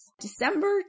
December